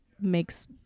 makes